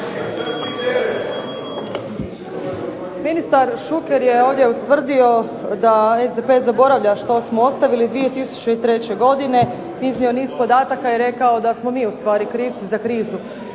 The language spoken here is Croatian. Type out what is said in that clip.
Ministar Šuker je ovdje ustvrdio da SDP zaboravlja što smo ostavili 2003. godine, iznio je niz podataka i rekao da smo mi ustvari krivci za krizu.